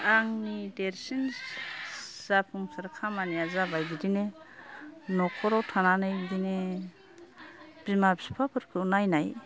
आंनि देरसिन जाफुंसार खामानिया जाबाय बिदिनो न'खराव थानानै बिदिनो बिमा बिफाफोरखौ नायनाय